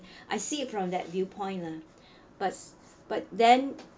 I see it from that viewpoint lah but but then